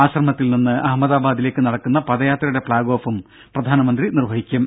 ആശ്രമത്തിൽ നിന്ന് അഹമ്മദാബാദിലേക്ക് നടക്കുന്ന പദയാത്രയുടെ ഫ്ളാഗ് ഓഫും പ്രധാനമന്ത്രി നിർവഹിക്കും